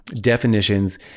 definitions